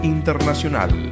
Internacional